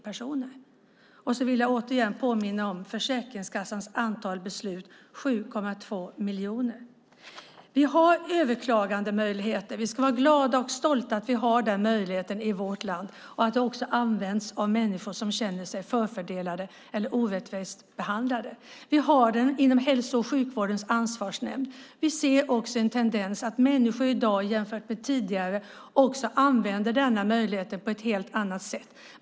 Jag vill också påminna om Försäkringskassans totala antal beslut: 7,2 miljoner. Det finns överklagandemöjligheter. Vi ska vara glada och stolta över att vi har den möjligheten i vårt land och att den också används av människor som känner sig förfördelade eller orättvist behandlade. Vi har den inom Hälso och sjukvårdens ansvarsnämnd. Vi ser också en tendens att människor i dag använder denna möjlighet på ett helt annat sätt än tidigare.